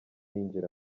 yinjira